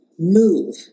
move